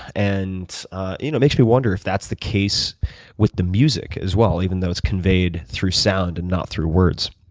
and it you know makes me wonder if that's the case with the music as well, even though it's conveyed through sound and not through words.